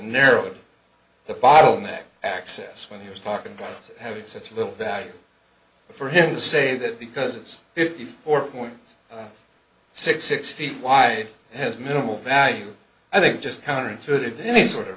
narrative the bottleneck access when he was talking about having such little value for him to say that because it's fifty four point six six feet wide has minimal value i think just counterintuitive to any sort of